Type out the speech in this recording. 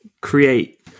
create